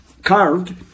Carved